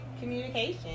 communication